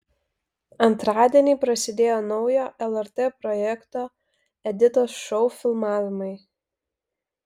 antradienį prasidėjo naujo lrt projekto editos šou filmavimai